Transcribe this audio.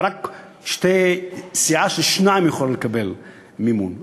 רק סיעה של שניים יכולה לקבל מימון.